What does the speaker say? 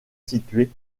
située